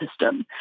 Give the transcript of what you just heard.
system